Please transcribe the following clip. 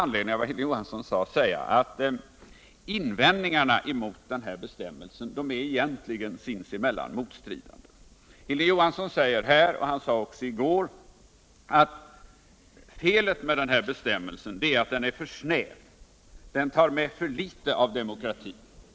med anledning av vad Hilding Johansson sade, att invändningarna mot bestämmelsen är egentligen sinsemellan motstridande. Hilding Johansson säger här, och han sade det också i går, att felet med bestämmelsen är att den är för snäv — den tar med för litet av demokratin.